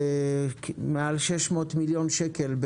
למעלה מ-600 מיליון שקל,